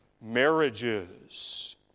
marriages